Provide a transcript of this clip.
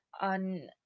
on